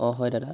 অঁ হয় দাদা